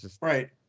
Right